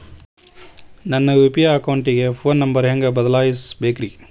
ನನ್ನ ಯು.ಪಿ.ಐ ಅಕೌಂಟಿನ phone number ಹೆಂಗ್ ಬದಲಾಯಿಸ ಬೇಕ್ರಿ?